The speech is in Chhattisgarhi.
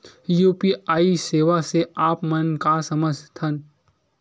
यू.पी.आई सेवा से आप मन का समझ थान?